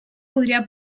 podria